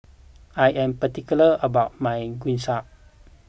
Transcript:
I am particular about my Gyoza